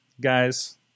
guys